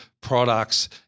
products